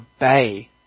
obey